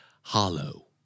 Hollow